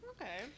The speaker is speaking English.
okay